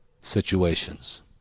situations